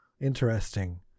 interesting